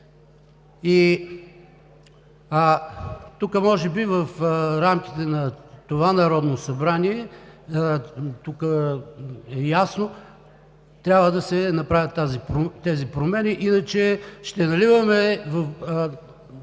че може би в рамките на това Народно събрание трябва да се направят тези промени, иначе ще наливаме и